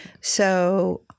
So-